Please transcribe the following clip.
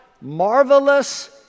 Marvelous